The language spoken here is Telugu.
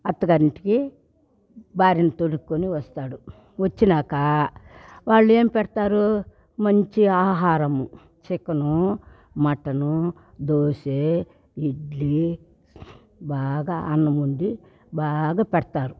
అత్తగారింటికి భార్యని తొడుక్కొని వస్తాడు వచ్చినాక వాళ్ళేం పెడతారు మంచి ఆహారము చికెను మటను దోసె ఇడ్లీ బాగా అన్నం వండి బాగా పెడ్తారు